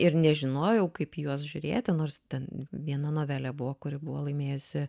ir nežinojau kaip į juos žiūrėti nors ten viena novelė buvo kuri buvo laimėjusi